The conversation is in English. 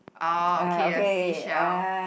ah okay seashell